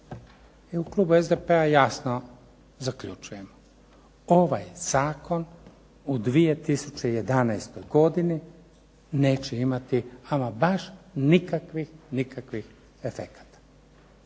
Mi u klubu SDP-a jasno zaključujemo ovaj Zakon u 2011. godini neće imati ama baš nikakvih, nikakvih efekata.